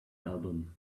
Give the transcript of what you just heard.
album